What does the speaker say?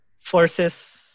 forces